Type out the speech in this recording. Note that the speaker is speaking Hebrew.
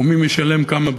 ומי משלם כמה,